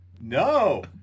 No